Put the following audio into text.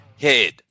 head